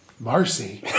Marcy